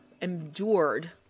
endured